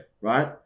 Right